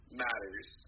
matters